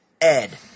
Ed